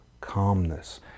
calmness